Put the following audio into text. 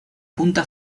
punta